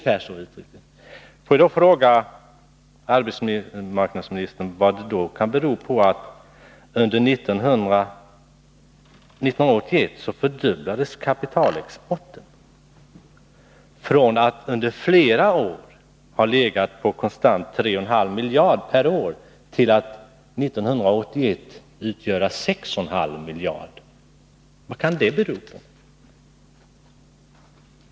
Får jag då fråga arbetsmarknadsministern vad det kan bero på att kapitalexporten fördubblades under 1981. Från att under flera år konstant har legat på 3,5 miljarder per år steg den under 1981 till 6,5 miljarder. Vad kan det bero på?